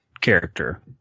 character